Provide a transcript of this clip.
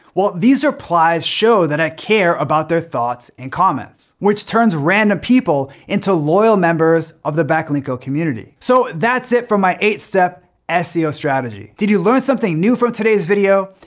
well these replies show that i care about their thoughts and comments. which turns random people into loyal members of the backlinko community. so that's it for my eight step seo strategy. did you learn something new from today's video?